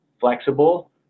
flexible